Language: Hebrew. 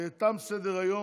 תם סדר-היום.